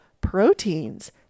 proteins